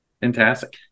Fantastic